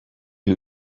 who